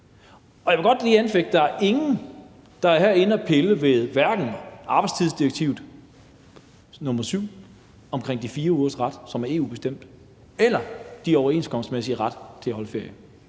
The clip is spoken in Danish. Og jeg vil godt lige anfægte noget: Der er ingen, der her er inde at pille ved arbejdstidsdirektivet, nr. 7, omkring de 4 ugers ret, som er EU-bestemt, eller den overenskomstmæssige ret til at holde ferie.